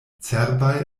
cerbaj